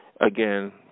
Again